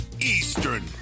Eastern